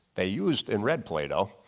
they used in read plato.